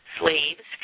slaves